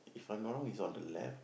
if I'm not wrong it's on the left